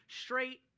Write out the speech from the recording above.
straight